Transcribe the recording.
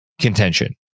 contention